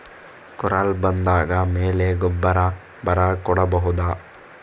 ಕುರಲ್ ಬಂದಾದ ಮೇಲೆ ಗೊಬ್ಬರ ಬರ ಕೊಡಬಹುದ?